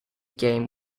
game